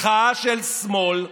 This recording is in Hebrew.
מחאה של שמאל,